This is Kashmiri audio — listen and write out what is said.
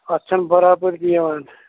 اَتھ چھےٚ نہٕ برابرۍ یِوان